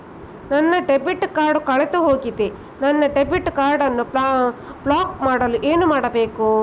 ನನ್ನ debit card ಕಳೆದುಹೋಗಿದೆ ನನ್ನ ಡೆಬಿಟ್ ಕಾರ್ಡ್ ಅನ್ನು ಬ್ಲಾಕ್ ಮಾಡಲು ಏನು ಮಾಡಬೇಕು?